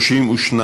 בבקשה.